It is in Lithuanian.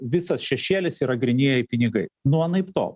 visas šešėlis yra grynieji pinigai nu anaiptol